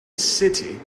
city